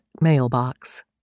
mailbox